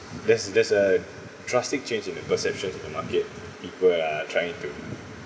there's there's a drastic change in the perceptions of the market people are trying to